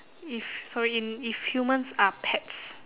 if sorry in if humans are pets